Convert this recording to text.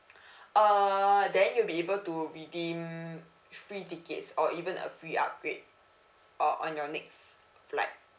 uh then you'll be able to redeem free tickets or even a free upgrade uh on your next flight